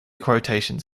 quotations